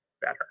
better